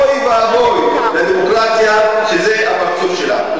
אוי ואבוי לדמוקרטיה שזה הפרצוף שלה.